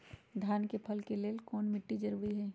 धान के फसल के लेल कौन मिट्टी जरूरी है?